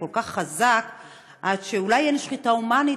כל כך חזק עד שאולי אין שחיטה הומנית,